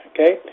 Okay